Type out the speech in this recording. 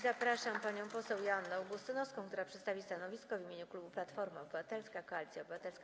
Zapraszam panią poseł Joannę Augustynowską, która przedstawi stanowisko w imieniu klubu Platforma Obywatelska - Koalicja Obywatelska.